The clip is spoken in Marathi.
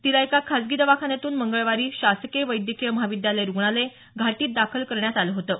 तिला एका खाजगी दवाखान्यातून मंगळवारी शासकीय वैद्यकीय महाविद्यालय रूग्णालय घाटीत दाखल करण्यात आलं होतं